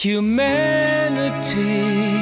Humanity